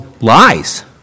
lies